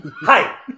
Hi